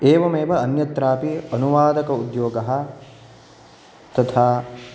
एवमेव अन्यत्रापि अनुवादक उद्योगः तथा